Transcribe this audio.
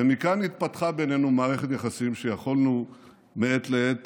ומכאן התפתחה בינינו מערכת יחסים שיכולנו מעת לעת